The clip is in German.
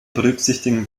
berücksichtigen